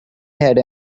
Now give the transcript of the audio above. had